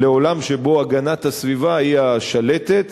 לעולם שבו הגנת הסביבה היא השלטת.